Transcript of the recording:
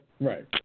right